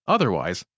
Otherwise